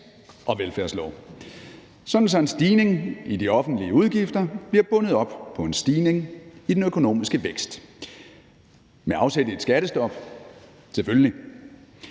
og velfærdslov, sådan at en stigning i de offentlige udgifter bliver bundet op på en stigning i den økonomiske vækst – med afsæt i et skattestop, selvfølgelig.